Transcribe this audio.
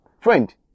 Friend